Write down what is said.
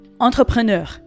Entrepreneur